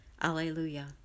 Alleluia